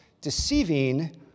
deceiving